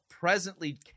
presently